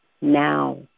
now